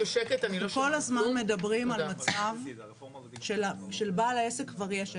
אנחנו כל הזמן מדברים על מצב שלבעל העסק כבר יש עסק.